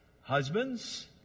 Husbands